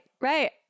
Right